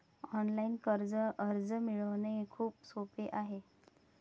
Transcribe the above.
online कर्ज अर्ज मिळवणे खूप सोपे आहे